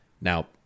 Now